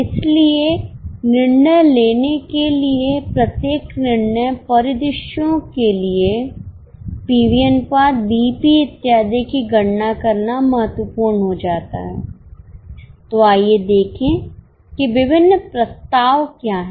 इसलिए निर्णय लेने के लिए प्रत्येक निर्णय परिदृश्यों के लिए पीवी अनुपात बीईपी इत्यादि की गणना करना महत्वपूर्ण हो जाता है तो आइए देखें कि विभिन्न प्रस्ताव क्या हैं